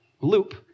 loop